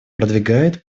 продвигается